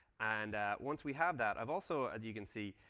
and once we have that, i've also, as you can see,